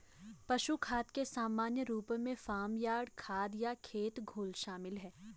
पशु खाद के सामान्य रूपों में फार्म यार्ड खाद या खेत घोल शामिल हैं